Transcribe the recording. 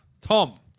Tom